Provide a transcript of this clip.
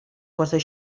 pasqües